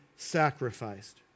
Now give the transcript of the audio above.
sacrificed